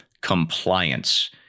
Compliance